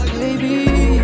baby